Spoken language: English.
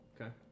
Okay